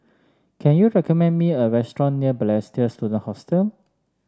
can you recommend me a restaurant near Balestier Student Hostel